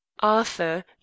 arthur